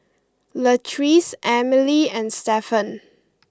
Latrice Emilee and Stephen